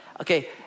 okay